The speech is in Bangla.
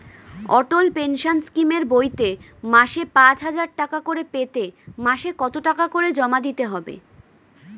অটল পেনশন স্কিমের বইতে মাসে পাঁচ হাজার টাকা করে পেতে মাসে কত টাকা করে জমা দিতে হবে?